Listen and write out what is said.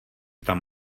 tam